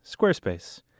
Squarespace